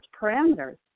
parameters